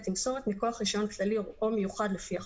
תמסורת מכוח רישיון כללי או מיוחד לפי החוק,